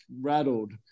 rattled